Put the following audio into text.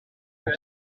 pour